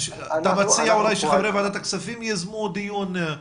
אתה מציע אולי שחברי ועדת הכספים יזמו דיון?